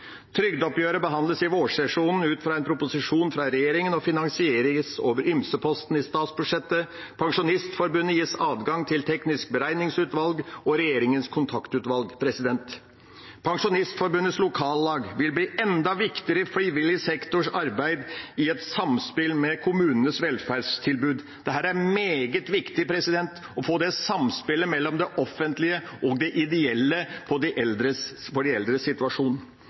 Trygdeoppgjøret behandles i vårsesjonen ut fra en proposisjon fra regjeringa og finansieres over Ymse-posten i statsbudsjettet. Pensjonistforbundet gis adgang til det tekniske beregningsutvalget og regjeringens kontaktutvalg. Pensjonistforbundets lokallag vil bli enda viktigere i frivillig sektors arbeid i et samspill med kommunenes velferdstilbud. Det er meget viktig å få det samspillet mellom det offentlige og det ideelle for de eldres